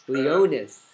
Leonis